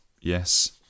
yes